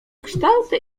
kształty